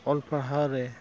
ᱚᱞ ᱯᱟᱲᱦᱟᱣ ᱨᱮ